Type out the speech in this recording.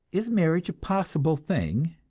is marriage a possible thing?